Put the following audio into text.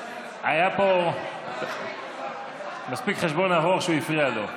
היה פה חשבון מספיק ארוך שהוא הפריע לו.